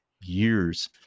years